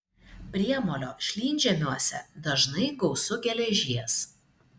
priemolio šlynžemiuose dažnai gausu geležies